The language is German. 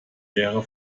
wäre